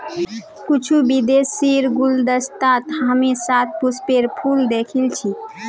कुछू विदेशीर गुलदस्तात हामी शतपुष्पेर फूल दखिल छि